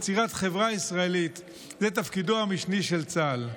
יצירת חברה ישראלית זה תפקידו המשני של צה"ל.